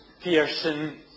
Pearson